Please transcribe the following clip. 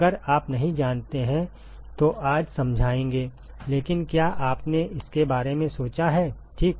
अगर आप नहीं जानते हैं तो आज समझाएंगे लेकिन क्या आपने इसके बारे में सोचा है ठीक